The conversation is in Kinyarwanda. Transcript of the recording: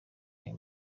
aya